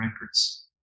records